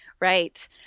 Right